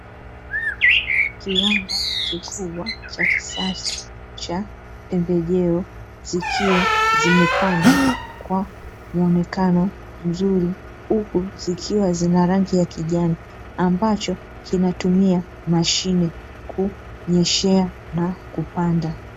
Kiwanda kikubwa cha kisasa cha pembejeo, zikiwa zimepandwa kwa muonekano mzuri, huku zikiwa zina rangi ya kijani, ambacho kinatumia mashine kunyeshea na kupanda.